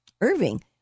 Irving